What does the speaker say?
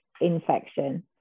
infection